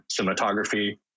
cinematography